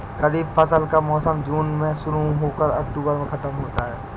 खरीफ फसल का मौसम जून में शुरू हो कर अक्टूबर में ख़त्म होता है